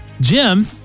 Jim